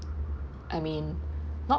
I mean not